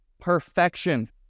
perfection